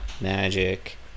Magic